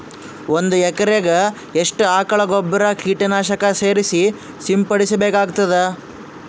ಒಂದು ಎಕರೆಗೆ ಎಷ್ಟು ಆಕಳ ಗೊಬ್ಬರ ಕೀಟನಾಶಕ ಸೇರಿಸಿ ಸಿಂಪಡಸಬೇಕಾಗತದಾ?